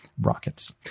rockets